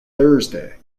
thursday